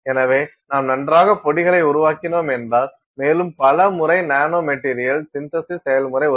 எனவே நாம் நன்றாக பொடிகளை உருவாக்கினோம் என்றால் மேலும் பல முறை நானோ மெட்டீரியல் சின்தசிஸ் செயல்முறை உதவும்